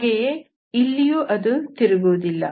ಹಾಗೆಯೇ ಇಲ್ಲಿಯೂ ಅದು ತಿರುಗುವುದಿಲ್ಲ